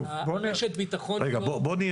רגע, בוא נהיה